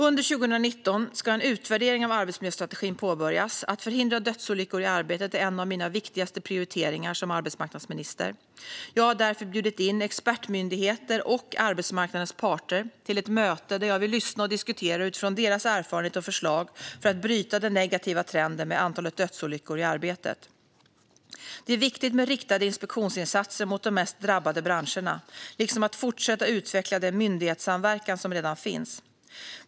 Under 2019 ska en utvärdering av arbetsmiljöstrategin påbörjas. Att förhindra dödsolyckor i arbetet är en av mina viktigaste prioriteringar som arbetsmarknadsminister. Jag har därför bjudit in expertmyndigheter och arbetsmarknadens parter till ett möte, där jag vill lyssna och diskutera utifrån deras erfarenheter och förslag för att bryta den negativa trenden med antalet dödsolyckor i arbetet. Det är viktigt med riktade inspektionsinsatser mot de mest drabbade branscherna liksom att fortsätta utveckla den myndighetssamverkan som redan finns.